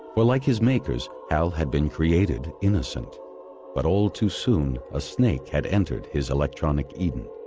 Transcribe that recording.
for like his makers, hal had been created innocent but all too soon a snake had entered his electronic eden,